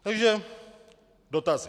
Takže dotazy.